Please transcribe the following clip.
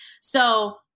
So-